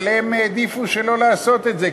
אבל הם העדיפו שלא לעשות את זה,